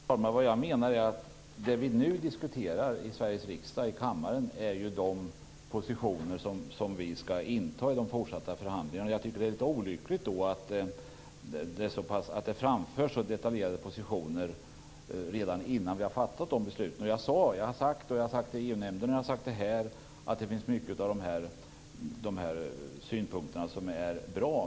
Fru talman! Vad jag menar är att det som vi nu diskuterar i kammaren i Sveriges riksdag är de positioner som vi skall inta i de fortsatta förhandlingarna. Det är därför litet olyckligt att det framförs så detaljerade positioner redan innan vi har fattat besluten. Jag har sagt det i EU-nämnden, och jag har sagt det här, att många av synpunkterna är bra.